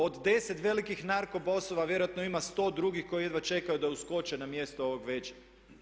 Od 10 velikih narko bossova vjerojatno ima 100 drugih koji jedva čekaju da uskoće na mjesto ovog većeg.